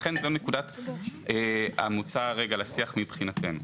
לכן זו נקודת המוצא לשיח מבחינתנו.